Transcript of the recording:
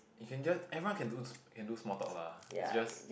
you can just everyone can do to can do small talk lah it's just